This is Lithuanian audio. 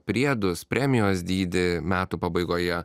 priedus premijos dydį metų pabaigoje